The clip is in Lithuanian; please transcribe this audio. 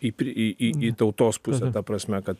į pri į į į tautos pusę ta prasme kad